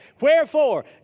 Wherefore